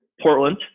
Portland